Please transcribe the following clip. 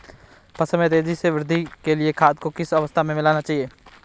फसल में तेज़ी से वृद्धि के लिए खाद को किस अवस्था में मिलाना चाहिए?